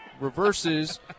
reverses